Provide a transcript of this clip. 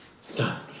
Stop